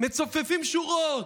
מצופפים שורות,